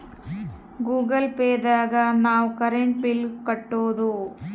Google Pay ದಾಗ ನಾವ್ current bill ಕಟ್ಟೋದು